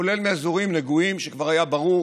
כולל מאזורים נגועים שכבר היה ברור